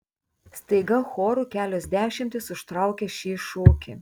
staiga choru kelios dešimtys užtraukia šį šūkį